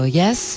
yes